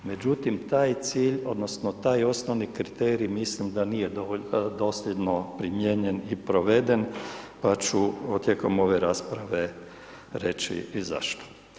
Međutim, taj cilj, odnosno taj osnovni kriterij mislim da nije dosljedno primijenjen i proveden pa ću tijekom ove rasprave reći i zašto.